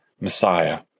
Messiah